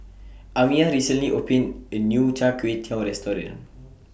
Amiyah recently opened A New Chai Kuay Tow Restaurant